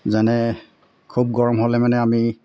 যেনে খুব গৰম হ'লে মানে আমি